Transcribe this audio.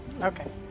Okay